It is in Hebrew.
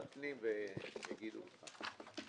הפנייה אושרה, תודה רבה.